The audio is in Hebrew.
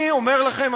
אני אומר לכם,